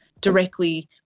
directly